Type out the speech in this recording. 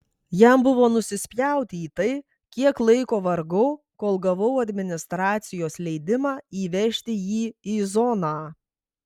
jam buvo nusispjauti į tai kiek laiko vargau kol gavau administracijos leidimą įvežti jį į zoną